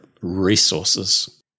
resources